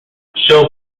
best